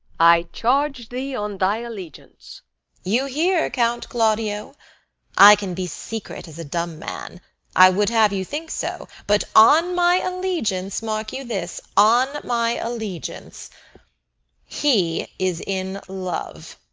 i charge thee on thy allegiance you hear, count claudio i can be secret as a dumb man i would have you think so but on my allegiance mark you this, on my allegiance he is in love.